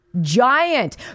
Giant